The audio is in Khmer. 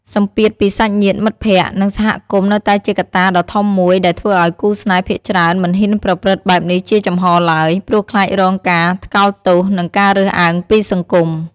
សម្ពាធពីសាច់ញាតិ មិត្តភក្តិ និងសហគមន៍នៅតែជាកត្តាដ៏ធំមួយដែលធ្វើឱ្យគូស្នេហ៍ភាគច្រើនមិនហ៊ានប្រព្រឹត្តបែបនេះជាចំហឡើយ ព្រោះខ្លាចរងការថ្កោលទោស និងការរើសអើងពីសង្គម។